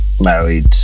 married